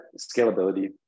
scalability